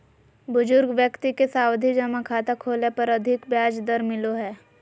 बुजुर्ग व्यक्ति के सावधि जमा खाता खोलय पर अधिक ब्याज दर मिलो हय